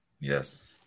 Yes